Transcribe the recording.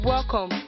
Welcome